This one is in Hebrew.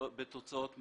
בטח לא בתוצאות מס.